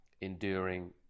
enduring